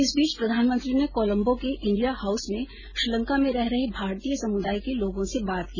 इस बीच प्रधानमंत्री ने कोलम्बो के इंडिया हाउस में श्रीलंका में रह रहे भारतीय समुदाय के लोगों से बात की